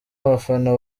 abafana